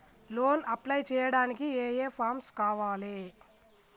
Loan apply చేయడానికి ఏం ఏం ఫామ్స్ కావాలే?